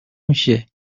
میشه